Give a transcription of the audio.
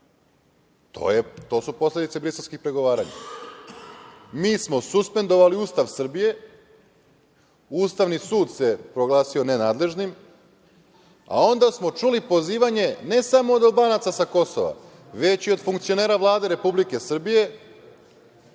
To su posledice briselskih pregovaranja. Suspendovali smo Ustav Srbije. Ustavni sud se proglasio nenadležnim, a onda smo čuli pozivanje, ne samo od Albanaca sa Kosova, već i od funkcionera Vlade Republike Srbije